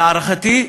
להערכתי,